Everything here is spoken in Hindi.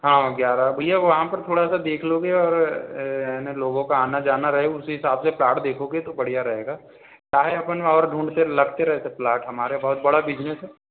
हाँ ग्यारह भैया वहाँ पर थोड़ा सा देख लोगे और है ना लोगों का आना जाना रहे उस हिसाब से प्लॉट देखोगे तो बढ़िया रहेगा क्या है हम और ढूंढ़ते लगते रहते प्लॉट हमारा बहुत बड़ा बिज़नेस हैं